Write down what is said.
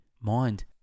mind